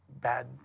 bad